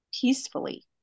peacefully